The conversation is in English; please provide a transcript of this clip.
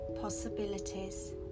possibilities